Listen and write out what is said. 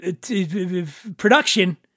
production